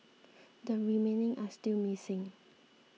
the remaining are still missing